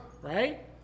right